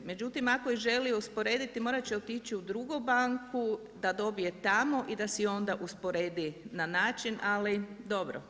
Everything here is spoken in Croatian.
Međutim, ako ih želi usporediti morat će otići u drugu banku da dobije tamo i da si onda usporedi na način, ali dobro.